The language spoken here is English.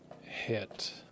hit